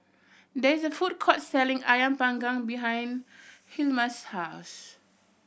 there is a food court selling Ayam Panggang behind Hilma's house